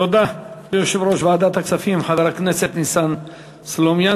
תודה ליושב-ראש ועדת הכספים חבר הכנסת ניסן סלומינסקי.